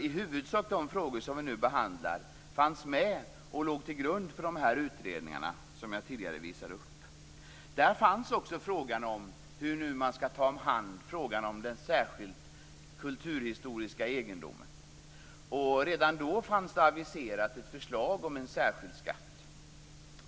I huvudsak fanns de frågor som vi nu behandlar med och låg till grund för de utredningar som jag tidigare visade upp. Där fanns också frågan om hur man nu skall ta hand om den särskilt kulturhistoriskt värdefulla egendomen. Redan då fanns det aviserat ett förslag om en särskild skatt.